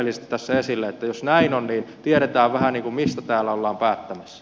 niin että jos näin on tiedetään vähän mistä täällä ollaan päättämässä